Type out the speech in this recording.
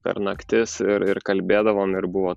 per naktis ir ir kalbėdavom ir buvo